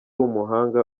umuhanga